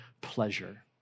pleasure